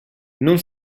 non